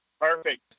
Perfect